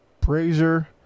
Brazier